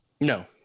No